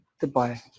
Goodbye